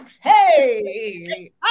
Hey